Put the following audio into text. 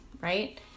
right